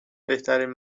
بهترین